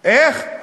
איך?